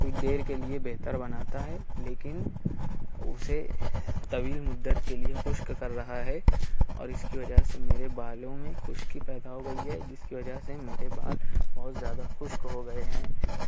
کچھ دیر کے لئے بہتر بناتا ہے لیکن اسے طویل مدت کے لئے خشک کر رہا ہے اور اس کی وجہ سے میرے بالوں میں خشکی پیدا ہو گئی ہے جس کی وجہ سے میرے بال بہت زیادہ خشک ہو گئے ہیں